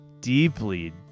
deeply